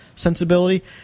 Sensibility